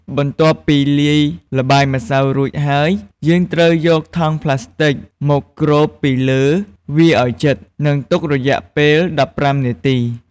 បន្ទាប់ពីលាយល្បាយម្សៅរួចរាល់ហើយ យើងត្រូវយកថង់ប្លាស្ទិចមកគ្របពីលើវាឱ្យជិត និងទុករយៈពេល១៥នាទី។